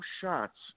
shots